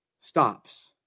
stops